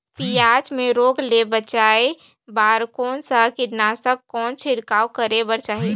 पियाज मे रोग ले बचाय बार कौन सा कीटनाशक कौन छिड़काव करे बर चाही?